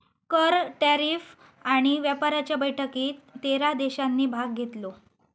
कर, टॅरीफ आणि व्यापाराच्या बैठकीत तेरा देशांनी भाग घेतलो